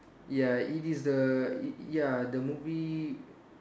ya it is the it ya the movie